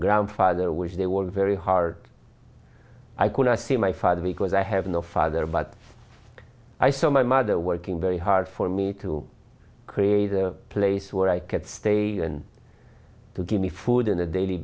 grandfather which they will very hard i cannot see my father because i have no father but i saw my mother working very hard for me to create a place where i could stay and to give me food and a daily